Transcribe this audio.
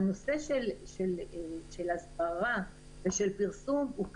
הנושא של הסברה ושל פרסום הוא קריטי,